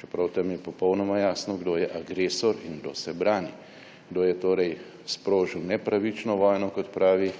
čeprav je tam popolnoma jasno, kdo je agresor in kdo se brani, kdo je torej sprožil nepravično vojno, kot pravi